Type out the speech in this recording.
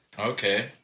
Okay